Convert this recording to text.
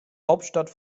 hauptstadt